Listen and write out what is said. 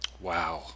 wow